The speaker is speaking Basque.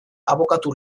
abokatu